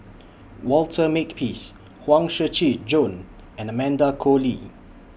Walter Makepeace Huang Shiqi Joan and Amanda Koe Lee